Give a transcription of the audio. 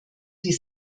die